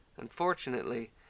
Unfortunately